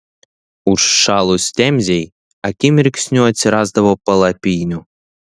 užšalus temzei akimirksniu atsirasdavo palapinių